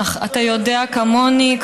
אתה יודע כמוני,